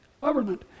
government